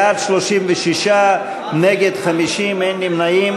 בעד, 36, נגד, 50, אין נמנעים.